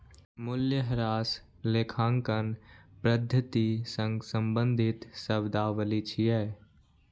मूल्यह्रास लेखांकन पद्धति सं संबंधित शब्दावली छियै